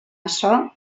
açò